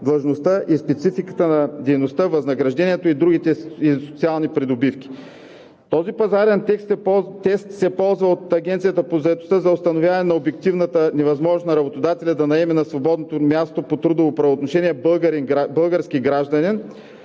и спецификата на дейността, възнаграждението и другите социални придобивки. Този пазарен тест се ползва от Агенцията по заетостта за установяване на обективната невъзможност на работодателя да наеме на свободното място по трудово правоотношение български гражданин